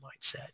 mindset